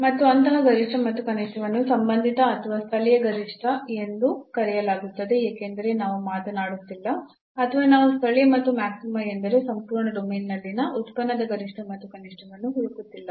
ಮತ್ತು ಅಂತಹ ಗರಿಷ್ಠ ಅಥವಾ ಕನಿಷ್ಠವನ್ನು ಸಂಬಂಧಿತ ಅಥವಾ ಸ್ಥಳೀಯ ಗರಿಷ್ಠ ಎಂದು ಕರೆಯಲಾಗುತ್ತದೆ ಏಕೆಂದರೆ ನಾವು ಮಾತನಾಡುತ್ತಿಲ್ಲ ಅಥವಾ ನಾವು ಸ್ಥಳೀಯ ಮತ್ತು ಮ್ಯಾಕ್ಸಿಮಾ ಅಂದರೆ ಸಂಪೂರ್ಣ ಡೊಮೇನ್ನಲ್ಲಿನ ಉತ್ಪನ್ನದ ಗರಿಷ್ಠ ಮತ್ತು ಕನಿಷ್ಠವನ್ನು ಹುಡುಕುತ್ತಿಲ್ಲ